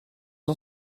ont